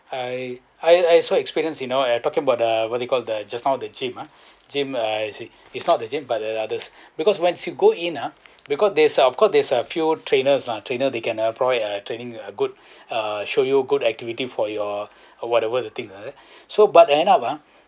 I I I also experience you know I talking about the what you call the just now the gym ah gym I you see it's not the gym but the others because when you go in ah because there's a of course there's a few trainers lah trainer they can uh provide a training a good uh show you good activity for your or whatever the thing like that so but end up ah